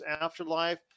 Afterlife